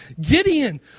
Gideon